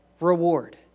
reward